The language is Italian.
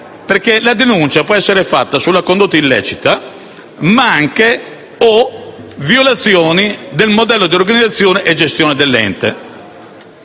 che la denuncia può essere fatta sulla condotta illecita o violazioni del modello di organizzazione e gestione dell'ente.